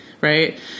Right